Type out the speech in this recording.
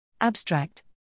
Abstract